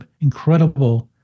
incredible